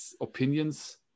opinions